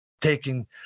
taking